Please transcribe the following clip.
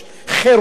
חירות,